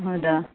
ಹೌದಾ